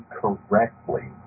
correctly